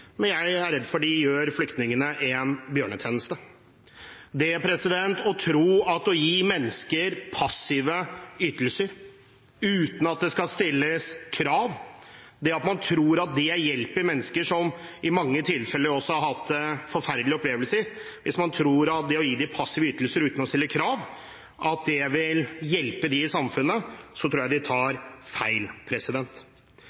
men jeg er redd de gjør flyktningene en bjørnetjeneste. Å tro at å gi mennesker passive ytelser uten at det skal stilles krav vil hjelpe dem i samfunnet, å tro at det hjelper mennesker som i mange tilfeller også har hatt forferdelige opplevelser, tror jeg er feil. Jeg registrerer også at representanten Martin Kolberg sa at Arbeiderpartiet står ved flyktningavtalen. De